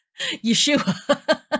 Yeshua